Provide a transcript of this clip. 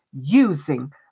using